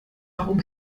warum